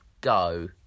Go